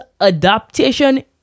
adaptation